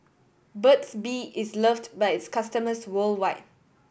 Burt's Bee is loved by its customers worldwide